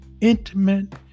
intimate